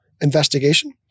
investigation